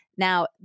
Now